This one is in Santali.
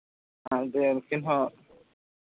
ᱡᱮ ᱩᱱᱠᱤᱱ ᱦᱚᱸ